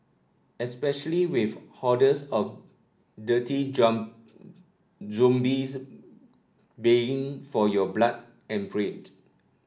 especially with hordes of dirty zombies baying for your blood and brained